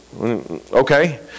Okay